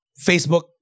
Facebook